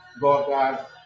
God